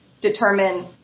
determine